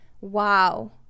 wow